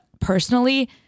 personally